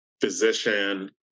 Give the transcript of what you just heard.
physician